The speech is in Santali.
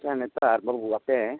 ᱟᱪᱪᱷᱟ ᱱᱮᱛᱟᱨ ᱵᱟᱹᱵᱩ ᱟᱯᱮ